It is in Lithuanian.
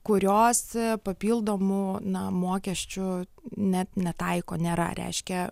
kurios papildomų na mokesčių net netaiko nėra reiškia